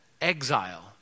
exile